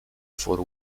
for